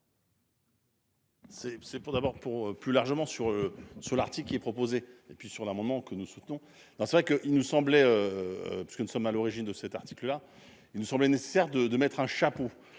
pour d'abord pour plus largement sur sur l'article qui est proposé et puis sur le moment que nous souhaitons, c'est vrai que il nous semblait. Parce que nous sommes à l'origine de cet article là il me semblait nécessaire de, de mettre un chapeau